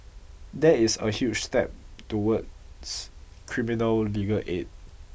that is a huge step towards criminal legal aid